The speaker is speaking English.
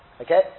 Okay